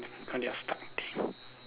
on their